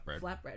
Flatbread